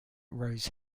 rose